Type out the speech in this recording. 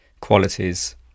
qualities